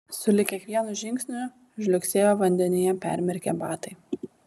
sulig kiekvienu žingsniu žliugsėjo vandenyje permirkę batai